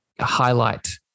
highlight